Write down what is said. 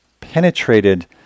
penetrated